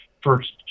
first